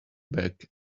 back